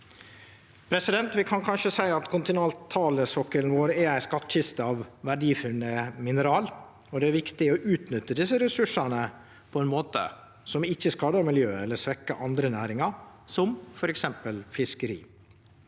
grunn. Vi kan kanskje seie at kontinentalsokkelen vår er ei skattkiste av verdifulle mineral, og det er viktig å utnytte desse ressursane på ein måte som ikkje skadar miljøet eller svekkjer andre næringar, som f.eks. fiskeri.